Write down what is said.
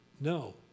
no